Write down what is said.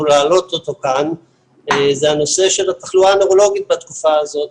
להעלות אותו כאן זה הנושא של התחלואה הנוירולוגית בתקופה הזאת,